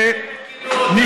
למה הרשימה המשותפת גינו אותן?